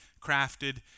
crafted